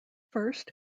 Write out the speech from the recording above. first